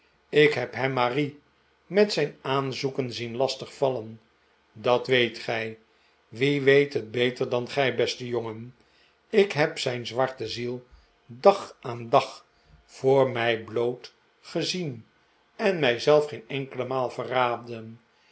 ik heb hem marie met zijn aanzoeken zien lastig vallen dat weet gij wie weet het beter dan gij beste jongen ik heb zijn zwarte ziel dag aan dag voor mij bloot gezien en mij zelf geen enkele maal verraden